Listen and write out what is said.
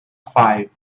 five